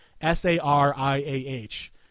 s-a-r-i-a-h